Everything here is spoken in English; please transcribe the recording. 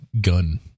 gun